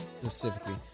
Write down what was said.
Specifically